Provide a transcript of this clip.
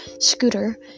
scooter